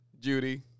Judy